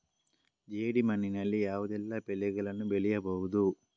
ಜೇಡಿ ಮಣ್ಣಿನಲ್ಲಿ ಯಾವುದೆಲ್ಲ ಬೆಳೆಗಳನ್ನು ಬೆಳೆಯಬಹುದು?